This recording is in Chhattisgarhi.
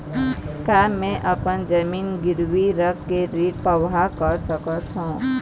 का मैं अपन जमीन गिरवी रख के ऋण पाहां कर सकत हावे?